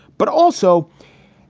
but also,